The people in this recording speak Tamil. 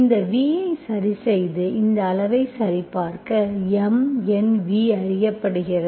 இந்த v ஐ சரிசெய்து இந்த அளவை சரிபார்க்கவும் MNv அறியப்படுகிறது